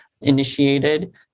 initiated